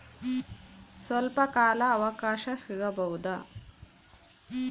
ಸ್ವಲ್ಪ ಕಾಲ ಅವಕಾಶ ಸಿಗಬಹುದಾ?